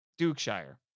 Dukeshire